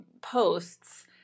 posts